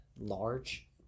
large